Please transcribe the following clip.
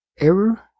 error